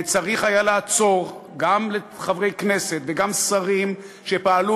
וצריך היה לעצור גם חברי כנסת וגם שרים שפעלו